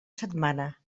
setmana